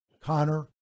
Connor